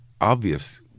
obvious